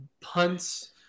punts